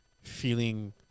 feeling